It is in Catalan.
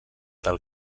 del